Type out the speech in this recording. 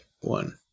one